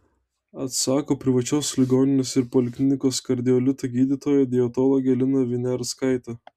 atsako privačios ligoninės ir poliklinikos kardiolita gydytoja dietologė lina viniarskaitė